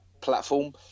platform